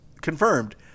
Confirmed